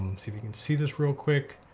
um see if you can see this real quick.